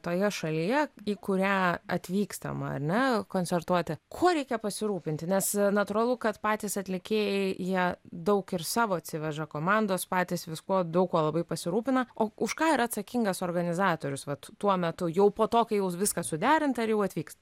toje šalyje į kurią atvykstama ar ne koncertuoti kuo reikia pasirūpinti nes natūralu kad patys atlikėjai jie daug ir savo atsiveža komandos patys viskuo daug kuo labai pasirūpina o už ką yra atsakingas organizatorius vat tuo metu jau po to kai jau viskas suderinta ir jau atvyksta